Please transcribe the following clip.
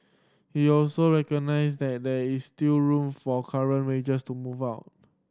he also recognised that there is still room for current wages to move up